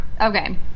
okay